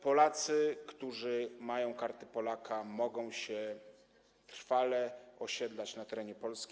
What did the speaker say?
Polacy, którzy mają Karty Polaka, mogą się trwale osiedlać na terenie Polski.